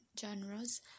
genres